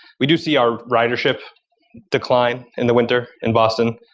we do see our ridership decline in the winter in boston.